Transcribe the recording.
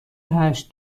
هشت